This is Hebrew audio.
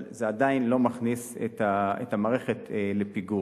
אבל זה עדיין לא מכניס את המערכת לפיגור.